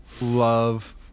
love